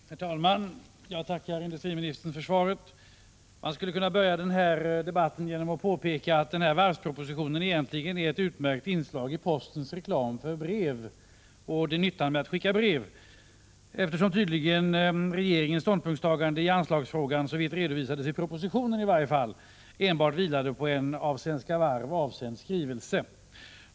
Herr talman! Jag tackar industriministern för svaret. Man skulle kunna börja denna debatt genom att påpeka att varvspropositionen egentligen är ett utmärkt exempel på nyttan med att skicka brev, eftersom tydligen regeringens ståndpunktstagande i anslagsfrågan i varje fall såvitt redovisats i propositionen enbart vilade på en av Svenska Varv avsänd skrivelse.